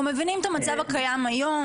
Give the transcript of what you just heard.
אנחנו מבינים את המצב הקיים היום,